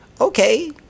okay